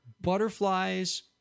butterflies